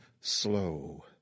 slow